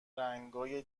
رنگای